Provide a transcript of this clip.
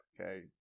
Okay